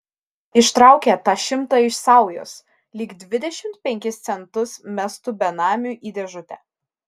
ištraukė tą šimtą iš saujos lyg dvidešimt penkis centus mestų benamiui į dėžutę